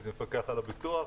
הייתי מפקח על הביטוח,